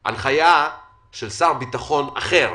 על הנחיה של שר ביטחון אחר